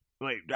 Wait